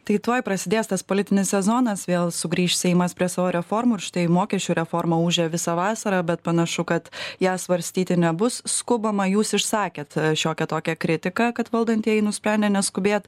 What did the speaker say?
tai tuoj prasidės tas politinis sezonas vėl sugrįš seimas prie savo reformų ir štai mokesčių reforma ūžia visą vasarą bet panašu kad ją svarstyti nebus skubama jūs išsakėt šiokią tokią kritiką kad valdantieji nusprendė neskubėt